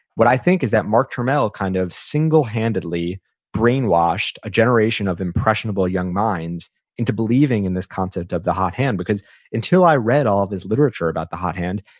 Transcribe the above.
what i think is that mark turmell kind of single-handedly brainwashed a generation of impressionable young minds into believing in this concept of the hot hand. because until i read all of this literature about the hot hand,